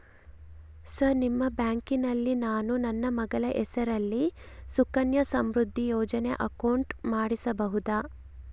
Sir ನಿಮ್ಮ ಬ್ಯಾಂಕಿನಲ್ಲಿ ನಾನು ನನ್ನ ಮಗಳ ಹೆಸರಲ್ಲಿ ಸುಕನ್ಯಾ ಸಮೃದ್ಧಿ ಯೋಜನೆ ಅಕೌಂಟ್ ಮಾಡಿಸಬಹುದಾ?